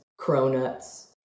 Cronuts